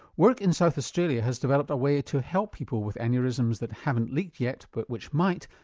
work in south australia has developed a way to help people with aneurysms that haven't leaked yet, but which might,